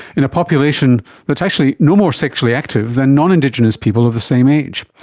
in a population that is actually no more sexually active than non-indigenous people of the same age.